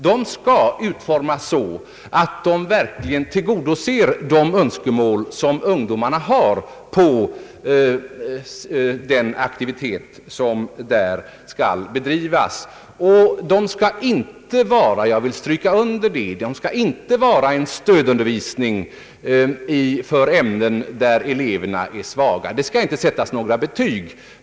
Dessa timmar skall utformas så att de verkligen tillgodoser de önskemål som eleverna har på den aktivitet som där skall bedrivas. Det skall inte — det vill jag stryka under — vara en stödundervisning för ämnen, där eleverna är svaga. Det skall inte här sättas några betyg.